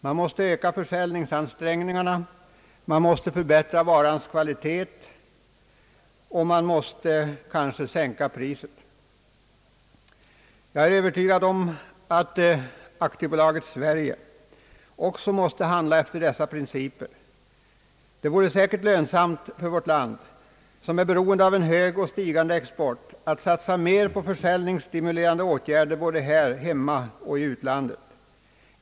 Man måste öka försäljningsansträngningarna, man måste förbättra varans kvalitet och man måste kanske sänka priset. Jag är övertygad om att AB Sverige också måste handla efter dessa principer. Det vore säkert lönsamt för vårt land, som är beroende av en hög och stigande export, att satsa mer på försäljningsstimulerande åtgärder både här hemma och i utlandet.